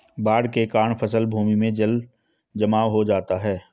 बाढ़ के कारण फसल भूमि में जलजमाव हो जाता है